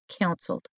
counseled